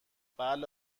بله